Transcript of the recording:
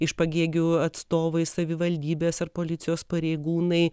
iš pagėgių atstovai savivaldybės ar policijos pareigūnai